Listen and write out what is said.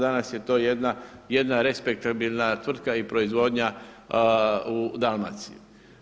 Danas je to jedna respektabilna tvrtka i proizvodnja u Dalmaciji.